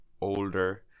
older